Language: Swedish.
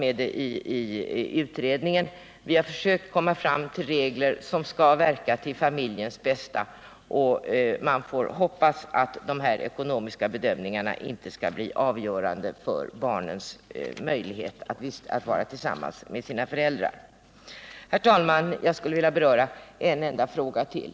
Vi har i utredningen försökt komma fram till regler som skall verka till familjens bästa, och vi får hoppas att ekonomiska bedömningar inte skall bli avgörande för barnens möjligheter att vara tillsammans med sina föräldrar. Herr talman! Jag skulle vilja beröra en enda fråga till.